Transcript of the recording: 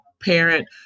parent